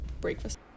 Breakfast